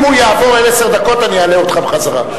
אם הוא יעבור על עשר דקות, אני אעלה אותך בחזרה.